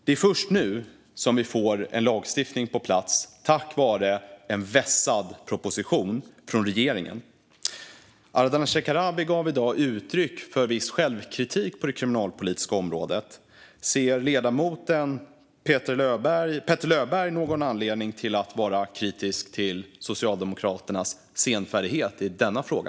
Det är först nu vi får en lagstiftning på plats, tack vare en vässad proposition från regeringen. Ardalan Shekarabi gav i dag uttryck för viss självkritik på det kriminalpolitiska området. Ser ledamoten Petter Löberg någon anledning att vara kritisk till Socialdemokraternas senfärdighet i denna fråga?